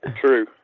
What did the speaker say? true